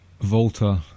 Volta